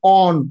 on